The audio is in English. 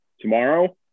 tomorrow